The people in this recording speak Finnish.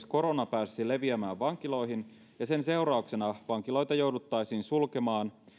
korona pääsisi leviämään vankiloihin ja sen seurauksena vankiloita jouduttaisiin sulkemaan